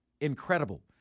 incredible